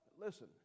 Listen